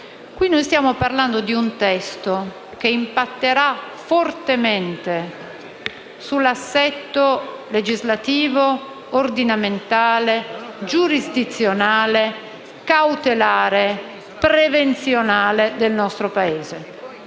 Noi stiamo parlando di un testo che impatterà fortemente sull'assetto legislativo, ordinamentale, giurisdizionale, cautelare, prevenzionale del nostro Paese;